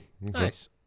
Nice